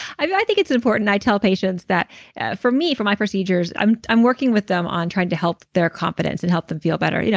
i think it's important i tell patients that for me, for my procedures i'm i'm working with them on trying to help their confidence and help them feel better. you know